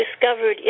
discovered